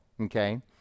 Okay